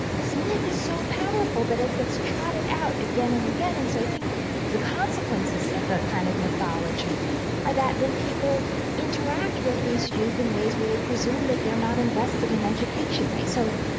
this myth is so powerful that it gets trotted out again and again, and so i think the consequences of the kind of mythology are that then people interact with these youth in ways where they presume that they're not invested in education. right? so,